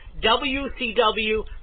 WCW